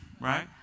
right